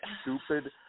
stupid